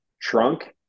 trunk